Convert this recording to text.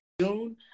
June